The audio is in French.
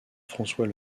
françois